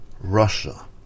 Russia